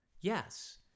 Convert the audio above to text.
Yes